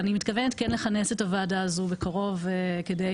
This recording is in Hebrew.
אני מתכוונת לכנס את הוועדה הזו בקרוב כדי